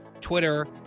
Twitter